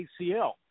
ACL